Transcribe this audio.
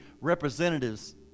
representatives